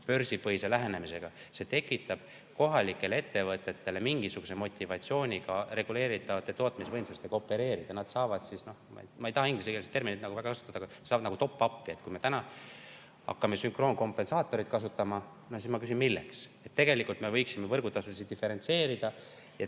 börsipõhise lähenemise juurde. See tekitab kohalikele ettevõtetele mingisuguse motivatsiooni ka reguleeritavate tootmisvõimsustega opereerida. Nad saavad siis, ma ei taha küll ingliskeelset terminit kasutada, aga nad saavadtop-up'i. Kui me täna hakkame sünkroonkompensaatoreid kasutama, siis ma küsin, milleks. Tegelikult me võiksime võrgutasusid diferentseerida ja